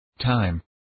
time